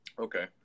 okay